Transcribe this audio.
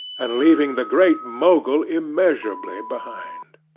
and leaving the great mogul immeasurably behind.